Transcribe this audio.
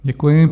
Děkuji.